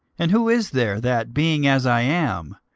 and who is there, that, being as i am,